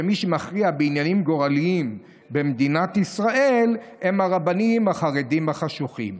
שמי שמכריעים בעניינים גורליים במדינת ישראל הם הרבנים החרדים החשוכים.